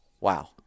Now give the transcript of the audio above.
wow